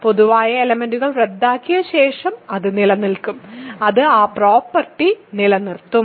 പൊതുവായ എലെമെന്റ്സ്കൾ റദ്ദാക്കിയ ശേഷം അത് നിലനിൽക്കും അത് ആ പ്രോപ്പർട്ടി നിലനിർത്തും